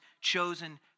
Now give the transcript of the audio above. chosen